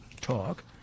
talk